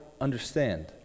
understand